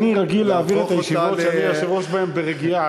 אני רגיל להעביר את הישיבות שאני היושב-ראש בהן ברגיעה,